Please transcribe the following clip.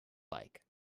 like